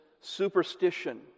superstition